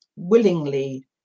Willingly